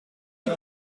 die